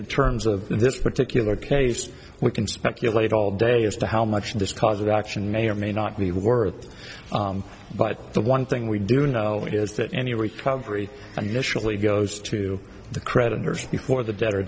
in terms of this particular case we can speculate all day as to how much this cause of action may or may not be worth but the one thing we do know is that any recovery and usually goes to the creditors before the